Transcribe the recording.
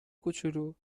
کوچولو